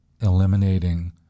eliminating